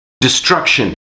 destruction